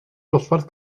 dosbarth